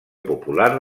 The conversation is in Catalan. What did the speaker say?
popular